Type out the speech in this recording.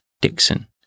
Dixon